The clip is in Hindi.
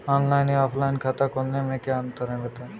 ऑनलाइन या ऑफलाइन खाता खोलने में क्या अंतर है बताएँ?